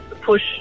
push